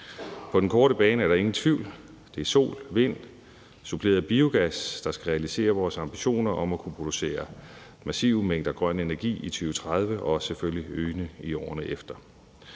På den korte bane er der ingen tvivl: Det er sol, vind suppleret af biogas, der skal realisere vores ambitioner om at kunne producere massive mængder grøn energi i 2030 og selvfølgelig øgende i årene efter.